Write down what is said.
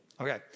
Okay